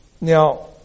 Now